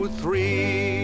three